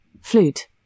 flute